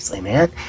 man